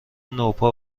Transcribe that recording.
نوپا